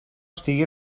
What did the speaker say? estigui